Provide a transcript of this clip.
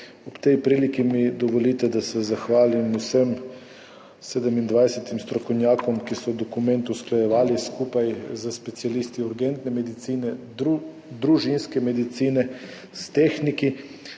Ob tej priliki mi dovolite, da se zahvalim vsem 27 strokovnjakom, ki so dokument usklajevali skupaj s specialisti urgentne medicine, družinske medicine, s tehniki,